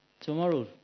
Tomorrow